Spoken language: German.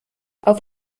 auf